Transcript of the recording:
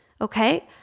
Okay